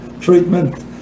treatment